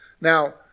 Now